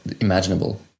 imaginable